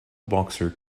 boxer